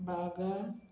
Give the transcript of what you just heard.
बागर